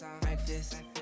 breakfast